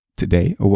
today